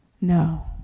No